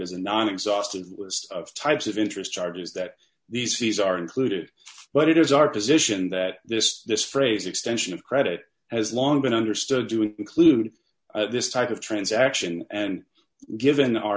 as a non exhaustive list of types of interest charges that these fees are included but it is our position that this this phrase extension of credit has long been understood doing include this type of transaction and given o